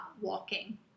walking